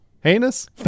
heinous